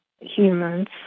humans